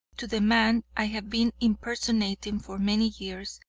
to the man i have been impersonating for many years,